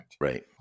Right